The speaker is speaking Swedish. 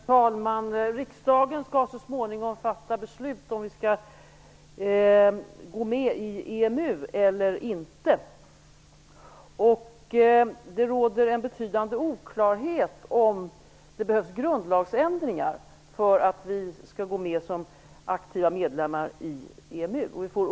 Herr talman! Riksdagen skall så småningom fatta beslut om vi skall gå med i EMU eller inte. Det råder en betydande oklarhet om i fall det behövs grundlagsändringar för att vi skall gå med som aktiva medlemmar i EMU.